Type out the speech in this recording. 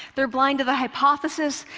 they're blind to the hypothesis.